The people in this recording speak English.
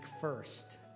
first